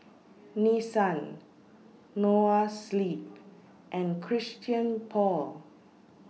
Nissan Noa Sleep and Christian Paul